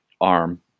arm